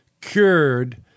cured